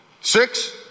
Six